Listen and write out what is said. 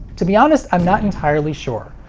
to be honest, i'm not entirely sure.